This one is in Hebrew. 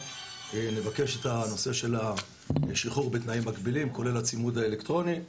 נבקש את הנושא של שחרור בתנאים מגבילים כולל הצימוד האלקטרוני,